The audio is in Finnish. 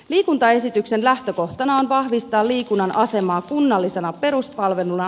liikuntaesityksen lähtökohtana on vahvistaa liikunnan asemaa kunnallisena peruspalveluna